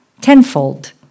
tenfold